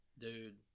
Dude